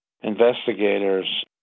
investigators